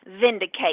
Vindicate